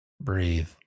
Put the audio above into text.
breathe